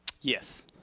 Yes